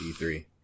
E3